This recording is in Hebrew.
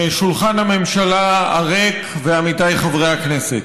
שולחן הממשלה הריק ועמיתיי חברי הכנסת,